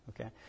Okay